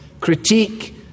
critique